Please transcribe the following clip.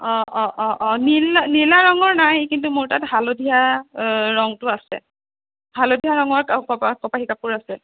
অ অ অ অ নীল নীলা ৰঙৰ নাই কিন্তু মোৰ তাত হালধীয়া ৰঙটো আছে হালধীয়া ৰঙৰ কপাহী কাপোৰ আছে